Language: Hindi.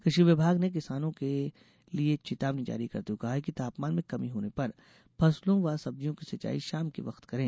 कृषि विभाग ने किसानों के लिए चेतावनी जारी करते हुए कहा है कि तापमान में कमी होने पर फसलों व सब्जियों की सिंचाई शाम के वक्त करें